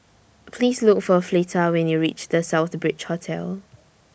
Please Look For Fleta when YOU REACH The Southbridge Hotel